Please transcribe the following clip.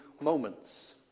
moments